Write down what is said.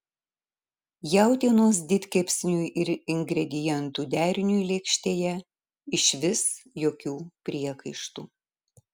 jautienos didkepsniui ir ingredientų deriniui lėkštėje išvis jokių priekaištų